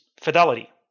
fidelity